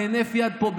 בהינף יד פה,